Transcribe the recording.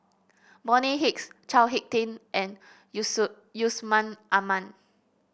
Bonny Hicks Chao HicK Tin and Yus Yusman Aman